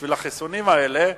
בשביל החיסונים האלה,